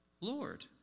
Lord